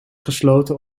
gesloten